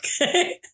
Okay